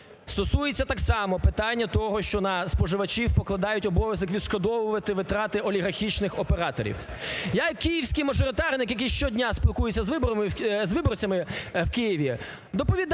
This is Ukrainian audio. Стосується так само питання того, що на споживачів покладають обов'язок відшкодовувати витрати олігархічних операторів. Я як київський мажоритарник, який щодня спілкується з виборцями в Києві, доповідаю